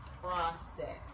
process